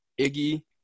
Iggy